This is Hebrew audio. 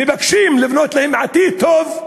מבקשים לבנות להם עתיד טוב.